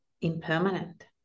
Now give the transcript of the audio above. impermanent